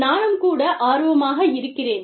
நானும் கூட ஆர்வமாக இருக்கிறேன்